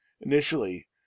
initially